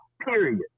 period